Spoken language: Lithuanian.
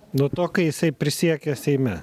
nuo to kai jisai prisiekia seime